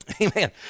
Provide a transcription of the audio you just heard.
amen